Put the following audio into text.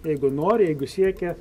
jeigu nori jeigu siekia